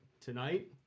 tonight